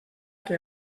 que